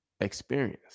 experience